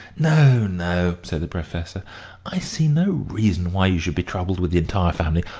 no, no, said the professor i see no reason why you should be troubled with the entire family.